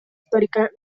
pictórica